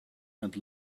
and